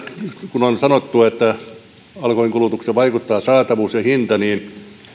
kun on sanottu että alkoholinkulutukseen vaikuttaa saatavuus ja hinta niin